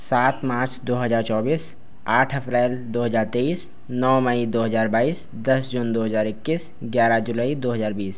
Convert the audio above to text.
सात मार्च दो हज़ार चौबीस आठ अफरैल दो हज़ार तेईस नौ मई दो हज़ार बाईस दस जून दो हज़ार इक्कीस ग्यारह जुलाई दो हज़ार बीस